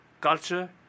culture